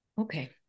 Okay